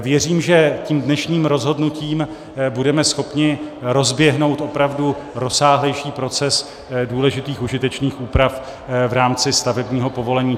Věřím, že tím dnešním rozhodnutím budeme schopni rozběhnout opravdu rozsáhlejší proces důležitých užitečných úprav v rámci stavebního povolení.